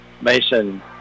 Mason